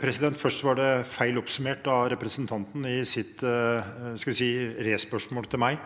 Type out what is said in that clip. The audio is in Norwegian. Først: Det var feil oppsummert av representanten Nilsen i hans andre spørsmål til meg.